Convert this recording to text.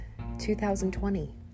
2020